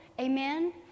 Amen